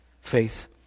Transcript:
Faith